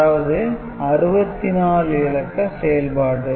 அதாவது 64 இலக்க செயல்பாடு